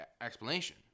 explanation